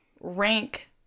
rank